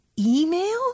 email